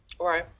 Right